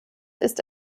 ist